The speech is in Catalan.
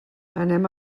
anem